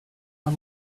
was